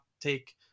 take